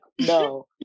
no